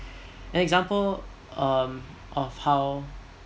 an example um of how